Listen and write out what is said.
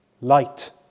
light